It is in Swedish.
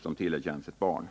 som tillerkänns ett barn.